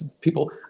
people